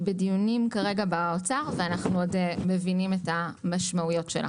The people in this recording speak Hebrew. היא בדיונים כרגע באוצר ואנחנו עדיין מנסים להבין את המשמעויות שלה.